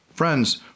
Friends